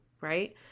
right